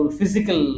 physical